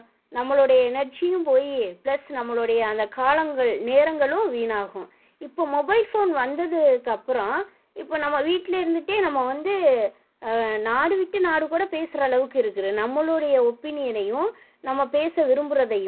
நம்மளோடைய எனர்ஜியும் போய் ப்ளஸ் நம்மளோடைய அந்த காலங்கள் நேரங்களும் வீணாகும் இப்போது மொபைல் ஃபோன் வந்ததுக்கப்புறோம் இப்போது நம்ம வீட்டில் இருந்துக்கிட்டே நம்ம வந்து நாடு விட்டு நாடுக்கூட பேசுகிற அளவுக்கு இருக்குரு நம்மளோடைய ஒப்பீனியனையும் நம்ம பேச விரும்புகிறதையும்